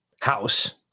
house